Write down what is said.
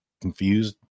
confused